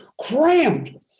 crammed